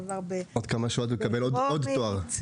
עוד כמה שעות הוא יקבל עוד תואר.